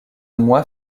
mois